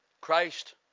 Christ